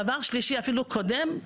דבר שלישי, אפילו קודם,